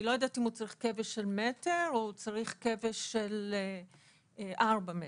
אני לא יודעת אם הוא צריך כבש של מטר או הוא צריך כבש של 4 מטרים.